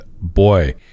boy